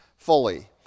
Fully